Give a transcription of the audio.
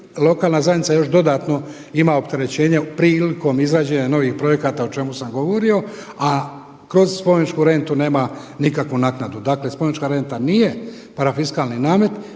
lokalna zajednica još dodatno ima opterećenje prilikom izrađenja novih projekata o čemu sam govorio a kroz spomeničku rentu nema nikakvu naknadu. Dakle, spomenička renta nije parafiskalni namet.